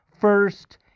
first